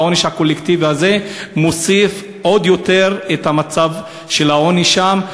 העונש הקולקטיבי הזה מוסיף עוד יותר על המצב של העוני שם.